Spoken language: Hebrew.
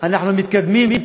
אנחנו מתקדמים.